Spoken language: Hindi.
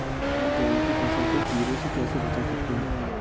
हम गेहूँ की फसल को कीड़ों से कैसे बचा सकते हैं?